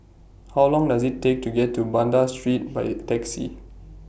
How Long Does IT Take to get to Banda Street By Taxi